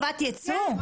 יצוא.